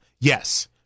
Yes